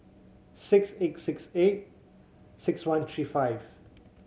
six eight six eight six one three five